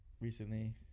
recently